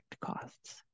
costs